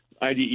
IDE